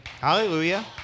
Hallelujah